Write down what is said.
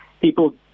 people